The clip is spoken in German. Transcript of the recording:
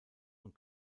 und